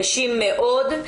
קשים מאוד.